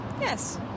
Yes